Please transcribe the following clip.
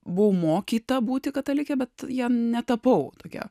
buvau mokyta būti katalikė bet jei netapau tokia